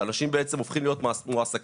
שאנשים בעצם הופכים להיות מועסקים.